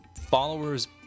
followers